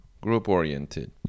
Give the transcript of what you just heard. group-oriented